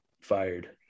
fired